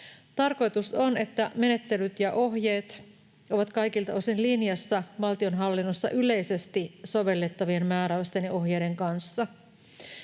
Tarkoitus on, että menettelyt ja ohjeet ovat kaikilta osin linjassa valtionhallinnossa yleisesti sovellettavien määräysten ja ohjeiden kanssa.